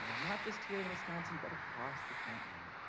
not just here in wisconsin but across the country.